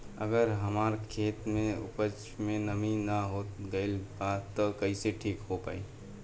अगर हमार खेत में उपज में नमी न हो गइल बा त कइसे ठीक हो पाई?